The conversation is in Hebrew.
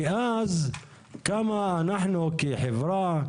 ואז כמה אנחנו, כחברה,